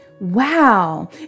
wow